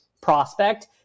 prospect